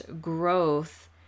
growth